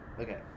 okay